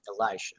Elijah